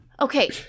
Okay